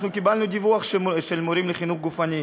אנחנו קיבלנו דיווח של מורים לחינוך גופני,